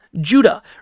Judah